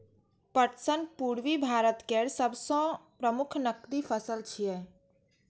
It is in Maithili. पटसन पूर्वी भारत केर सबसं प्रमुख नकदी फसल छियै